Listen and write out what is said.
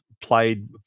played